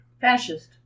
fascist